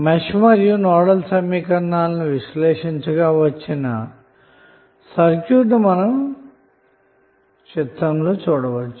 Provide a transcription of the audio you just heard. mesh మరియు nodal సమీకరణాలను విశ్లేషించగా వచ్చిన సర్క్యూట్ ను మనం చూడవచ్చు